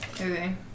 Okay